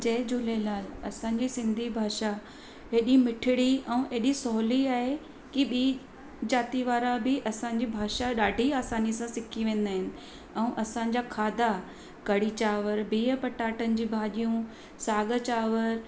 जय झूलेलाल असांजी सिंधी भाषा हेॾी मिठिड़ी ऐं एॾी सवली आहे की ॿी जाती वारा बि असांजी भाषा ॾाढी आसानी सां सिखी वेंदा आहिनि ऐं असांजा खाधा कढ़ी चांवरु बिहु पटाटनि जी भाॼियूं साॻ चांवरु